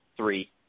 Three